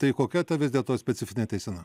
tai kokia ta vis dėlto specifinė teisena